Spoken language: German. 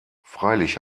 freilich